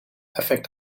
effect